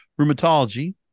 Rheumatology